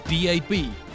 DAB